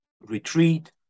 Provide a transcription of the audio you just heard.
retreat